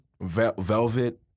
Velvet